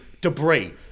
debris